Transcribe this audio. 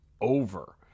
over